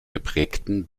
geprägten